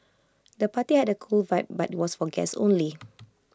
the party had A cool vibe but was for guests only